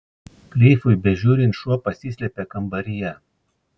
klifui bežiūrint šuo pasislėpė kambaryje